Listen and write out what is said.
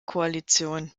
koalition